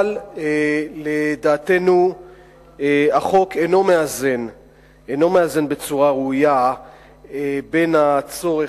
אבל לדעתנו החוק אינו מאזן בצורה ראויה בין הצורך